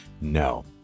No